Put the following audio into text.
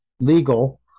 legal